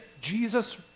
Jesus